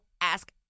ask